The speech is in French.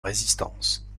résistance